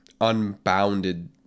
unbounded